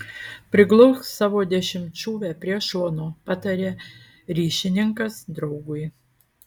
priglausk savo dešimtšūvę prie šono pataria ryšininkas draugui